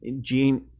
gene